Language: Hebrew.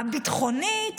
הביטחונית,